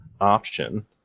option